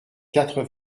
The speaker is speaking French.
quatre